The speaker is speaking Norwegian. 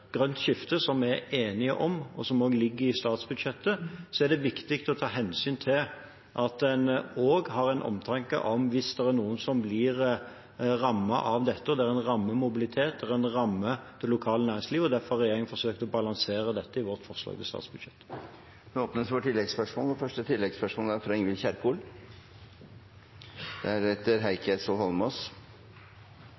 som også ligger i statsbudsjettet, er det viktig å ta hensyn til og ha omtanke for dem som blir rammet av dette, der en rammer mobilitet, der en rammer det lokale næringslivet. Derfor har regjeringen forsøkt å balansere dette i vårt forslag til statsbudsjett. Ingvild Kjerkol – til oppfølgingsspørsmål. Lokal luftforurensning gjør syke folk sykere, og man står i fare for å gjøre friske folk syke. Dette er